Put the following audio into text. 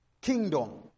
Kingdom